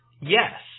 Yes